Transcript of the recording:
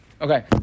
Okay